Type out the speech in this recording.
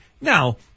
Now